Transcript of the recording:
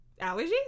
allergies